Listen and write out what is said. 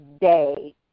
day